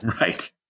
Right